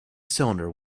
cylinder